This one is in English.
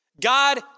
God